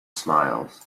smiles